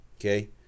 Okay